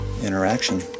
Interaction